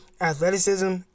athleticism